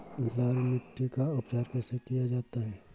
लाल मिट्टी का उपचार कैसे किया जाता है?